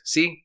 See